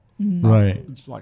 Right